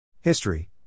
History